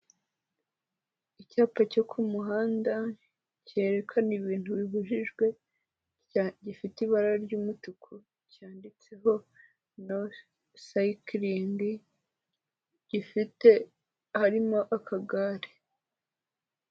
Icyapa cyo ku muhanda cyerekana ibintu bibujijwe, gifite ibara ry'umutuku cyanditseho noti sayikoringi, gifite harimo akagare.